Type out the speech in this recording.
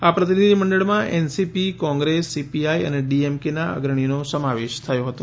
આ પ્રતિનિધિ મંડળમાં એનસીપી કોંગ્રેસ સીપીઆઈ અને ડિએમકેના અગ્રણીઓનો સમાવેશ થયો હતો